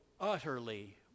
utterly